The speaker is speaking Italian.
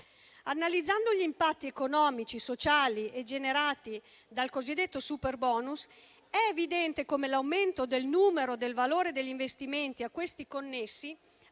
Analizzando gli impatti economici e sociali generati dal cosiddetto superbonus, è evidente come l'aumento del numero e del valore degli investimenti a questi connessi